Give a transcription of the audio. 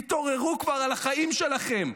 תתעוררו כבר על החיים שלכם.